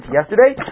yesterday